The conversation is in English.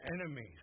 enemies